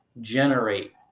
generate